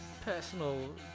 personal